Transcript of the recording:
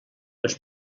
les